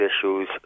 issues